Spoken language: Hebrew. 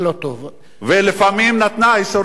ולפעמים נתנה אישורים-לא-אישורים,